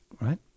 right